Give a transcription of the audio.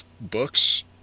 books